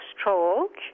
stroke